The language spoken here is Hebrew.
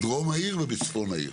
בדרום העיר ובצפון העיר.